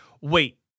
wait